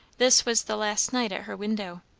this was the last night at her window,